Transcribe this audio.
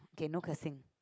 okay no cursing